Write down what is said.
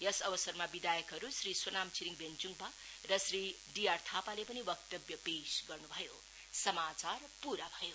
यस अवसरमा विधायकहरु श्री सोनाम छिरिङ भेन्चुङपा र श्री डीआर थापाले पनि वक्तव्य पेस गर्नु भयो